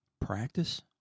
practice